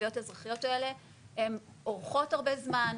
התביעות האזרחיות האלה הן לוקחות הרבה זמן,